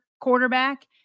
quarterback